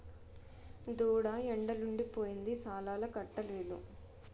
దూడ ఎండలుండి పోయింది సాలాలకట్టలేదు